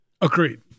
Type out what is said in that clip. agreed